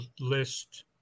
list